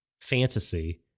fantasy